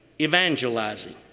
evangelizing